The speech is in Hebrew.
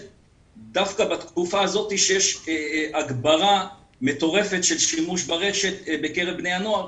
דווקא בתקופה הזאת שיש הברה מטורפת של שימוש ברשת בקרב בני הנוער.